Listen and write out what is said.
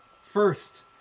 First